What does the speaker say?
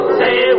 say